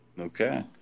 okay